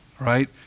right